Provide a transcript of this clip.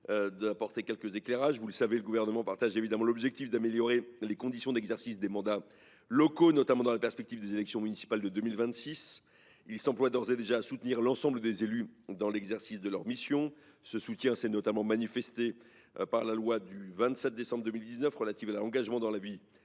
transmettre quelques éléments d’éclairage. Le Gouvernement partage évidemment l’objectif d’améliorer les conditions d’exercice des mandats locaux, notamment dans la perspective des élections municipales de 2026. Il s’emploie d’ores et déjà à soutenir l’ensemble des élus dans l’exercice de leurs missions. Ce soutien s’est notamment traduit par la loi du 27 décembre 2019 relative à l’engagement dans la vie